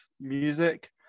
music